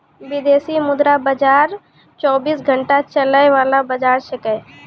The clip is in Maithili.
विदेशी मुद्रा बाजार चौबीस घंटा चलय वाला बाजार छेकै